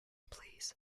please